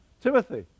Timothy